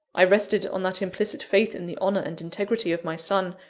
i rested on that implicit faith in the honour and integrity of my son,